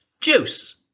juice